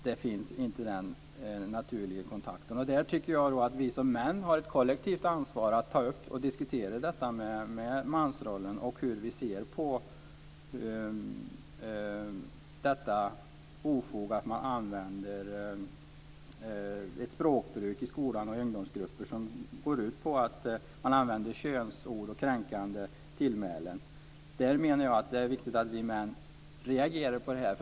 Det finns inte någon naturlig kontakt. Vi som är män har ett kollektivt ansvar att diskutera mansrollen och hur vi ser på ofoget att använda ett språkbruk i skolan och ungdomsgrupper som går ut på att använda könsord och kränkande tillmälen. Det är viktigt att vi män reagerar.